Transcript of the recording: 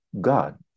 God